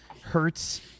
hurts